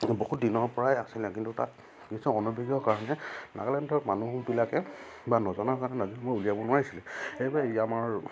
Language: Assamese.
বহুত দিনৰপৰাই আছিলে কিন্তু তাত কিছু কাৰণে নাগালেণ্ডৰ মানুহবিলাকে বা নজনা কাৰণে উলিয়াব নোৱাৰিছিলে সেইবাবে ইয়াৰ আমাৰ